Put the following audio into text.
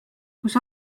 kus